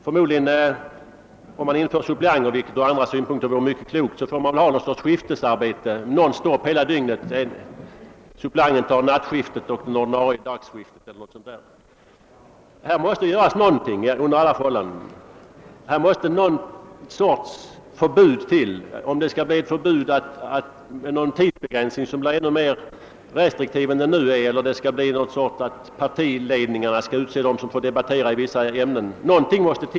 Om man inför ett system med suppleanter, vilket ur andra synpunkter vore klokt, får man väl ha någon sorts skiftarbete non-stop hela dygnet, så att suppleanterna tar nattskiftet och de ordinarie ledamöterna tar dagskiftet. Här måste under alla förhållanden någonting göras. Någon sorts förbud måste till, antingen en tidsbegränsning som blir ännu mer restriktiv än den som förekommer nu eller att partiledningarna utser dem som får debattera i vissa ämnen.